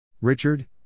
Richard